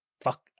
Fuck